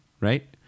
right